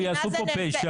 יעשו כאן פשע.